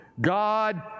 God